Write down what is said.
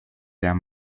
der